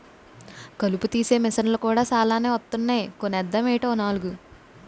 కలుపు తీసే మిసన్లు కూడా సాలానే వొత్తన్నాయ్ కొనేద్దామేటీ ఓ నాలుగు?